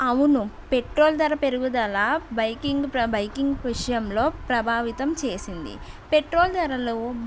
అవును పెట్రోల్ ధర పెరుగుదల బైకింగ్ ప్ర బైకింగ్ విషయంలో ప్రభావితం చేసింది పెట్రోల్ ధరలు